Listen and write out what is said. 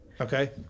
Okay